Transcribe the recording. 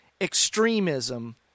extremism